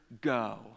go